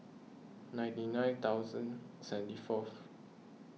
ninety nine thousand seventy fourth